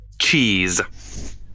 Cheese